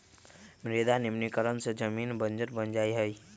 मृदा निम्नीकरण से जमीन बंजर बन जा हई